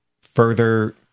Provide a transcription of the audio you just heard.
further